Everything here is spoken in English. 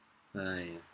!aiya!